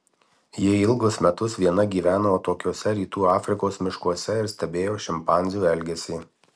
ji ilgus metus viena gyveno atokiuose rytų afrikos miškuose ir stebėjo šimpanzių elgesį